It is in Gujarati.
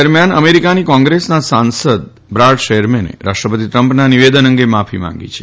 દરમિયાન અમેરિકાની કોંગ્રેસના સાંસદ બ્રાડ શેરમેને રાષ્ટ્રપતિ ટ્રમ્પના નિવેદન અંગે માફી માંગી છે